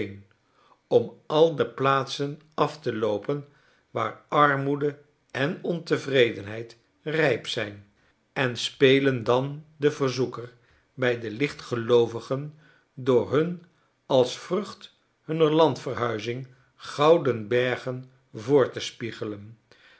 om al de plaatsen af te loopen waar armoede en ontevredenheid ryp zijn en spelen dan den verzoeker bij delichtgeloovigen door hun als vrucht hunner landverhuizing gouden bergen voor te spiegelen